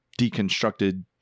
deconstructed